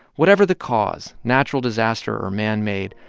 whatever the cause, natural disaster or manmade,